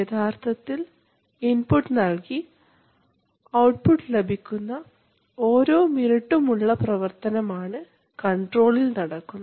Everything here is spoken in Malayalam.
യഥാർത്ഥത്തിൽ ഇൻപുട്ട് നൽകി ഇൻപുട്ട് നൽകി ഔട്ട്പുട്ട് ലഭിക്കുന്ന ഓരോ മിനുട്ടും ഉള്ള പ്രവർത്തനമാണ് കൺട്രോളിൽ നടക്കുന്നത്